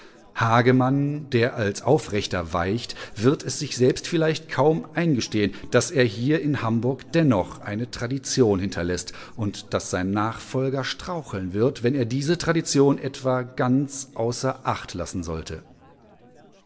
hagemann der als aufrechter weicht wird es sich selbst vielleicht kaum eingestehen daß er hier in hamburg dennoch eine tradition hinterläßt und daß sein nachfolger straucheln wird wenn er diese tradition etwa ganz außer acht lassen sollte